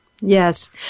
Yes